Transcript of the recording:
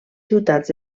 ciutats